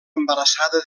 embarassada